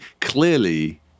clearly